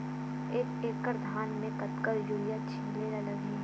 एक एकड़ धान में कतका यूरिया छिंचे ला लगही?